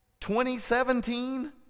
2017